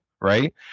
right